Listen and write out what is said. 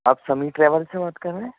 آپ سمیع ٹریول سے بات کر رہے ہیں